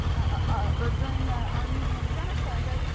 ah or during the armenian genocide, right,